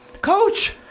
Coach